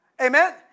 Amen